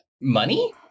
money